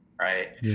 right